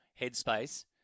headspace